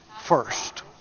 first